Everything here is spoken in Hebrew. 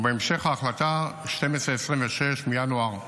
ובהמשך, החלטה 1226 מינואר 2024,